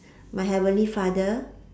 my heavenly father